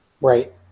Right